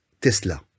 Tesla